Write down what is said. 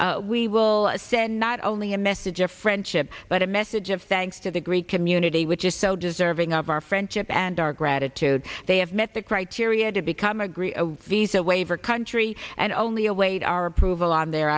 such we will send not only a message of friendship but a message of thanks to the greek community which is so deserving of our friendship and our gratitude they have met the criteria to become agree a visa waiver country and only await our approval on their